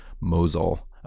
Mosul